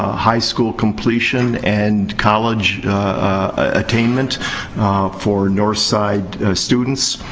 high school completion and college attainment for northside students.